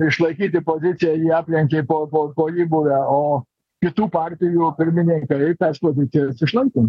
išlaikyti poziciją jį aplenkė po po po jį buvę o kitų partijų pirmininkai tas pozicijas išlaikė